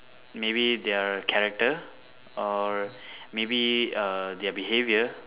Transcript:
maybe their character or maybe err their behaviour